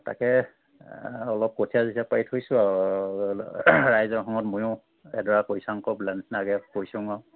তাকে অলপ কঠিয়া চঠিয়া পাৰি থৈছোঁ আৰু ৰাইজৰ সময়ত ময়ো এডৰা কৰোঁ